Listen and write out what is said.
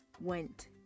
went